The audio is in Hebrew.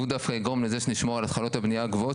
הוא דווקא יגרום לזה שנשמור על התחלות הבנייה גבוהות,